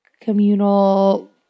communal